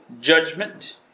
judgment